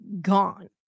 gone